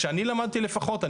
כשאני למדתי לפחות,